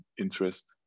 interest